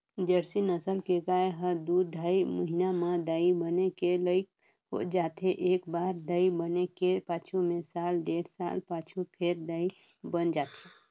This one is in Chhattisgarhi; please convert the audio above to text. जरसी नसल के गाय ह दू ढ़ाई महिना म दाई बने के लइक हो जाथे, एकबार दाई बने के पाछू में साल डेढ़ साल पाछू फेर दाई बइन जाथे